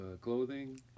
Clothing